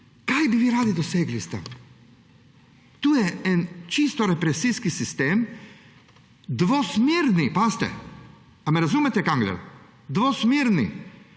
Kaj bi vi radi dosegli s tem? To je en čisto represiven sistem. Dvosmerni, pazite! Ali me razumete, Kangler? Dvosmerni.